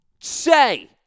say